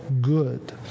good